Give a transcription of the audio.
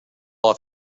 off